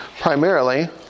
primarily